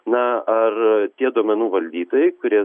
na ar tie duomenų valdytojai kurie